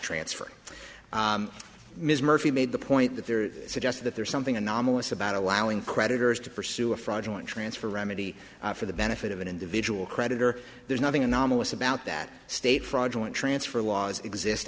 transfer ms murphy made the point that there suggests that there is something anomalous about allowing creditors to pursue a fraudulent transfer remedy for the benefit of an individual creditor there's nothing anomalous about that state fraudulent transfer laws exist